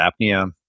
apnea